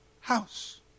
house